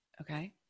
okay